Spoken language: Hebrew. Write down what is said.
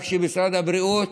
רק שמשרד הבריאות